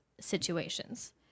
situations